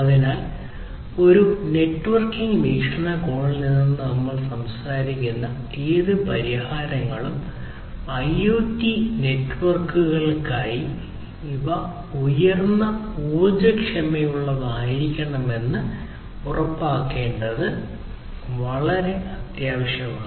അതിനാൽ ഒരു നെറ്റ്വർക്കിംഗ് വീക്ഷണകോണിൽ നിന്ന് നമ്മൾ സംസാരിക്കുന്ന ഏത് പരിഹാരങ്ങളും ഐഒടി നെറ്റ്വർക്കുകൾക്കായി ഇവ ഉയർന്ന ഊർജ്ജക്ഷമതയുള്ളതായിരിക്കണമെന്ന് ഉറപ്പാക്കേണ്ടത് വളരെ അത്യാവശ്യമാണ്